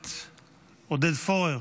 הכנסת עודד פורר